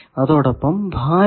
അതോടൊപ്പം ഭാരവും